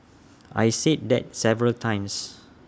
I said that several times